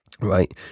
Right